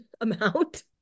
amount